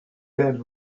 telle